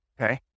Okay